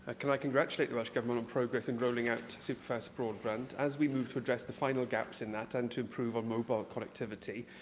ah can i congratulate the welsh government on progress in rolling out superfast broadband? as we move to address the final gaps in that and to improve on mobile connectivity,